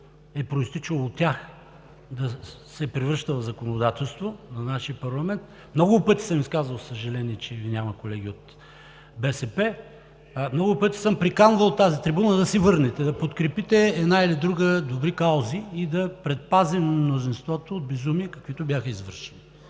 е произтичало от тях, да се превръща в законодателство в нашия парламент. Много пъти съм изказвал съжаление, че Ви няма, колеги от БСП. Много пъти съм приканвал от тази трибуна да се върнете и да подкрепите една или друга добра кауза и да предпазим мнозинството от безумия, каквито бяха извършени